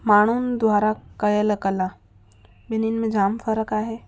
माण्हूनि द्वारा कयल कला ॿिन्हीनि में जाम फ़रकु आहे